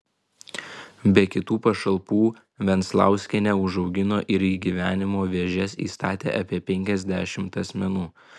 be kitų pašalpų venclauskienė užaugino ir į gyvenimo vėžes įstatė apie penkiasdešimt asmenų